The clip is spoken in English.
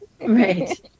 right